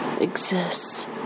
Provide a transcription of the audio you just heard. exists